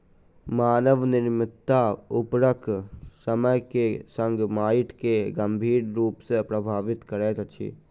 मानव निर्मित उर्वरक समय के संग माइट के गंभीर रूप सॅ प्रभावित करैत अछि